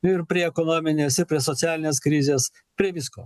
ir prie ekonominės ir prie socialinės krizės prie visko